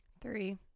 three